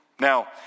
Now